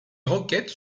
roquettes